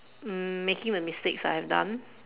mm making the mistakes I have done